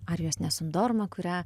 arijos nesundorma kurią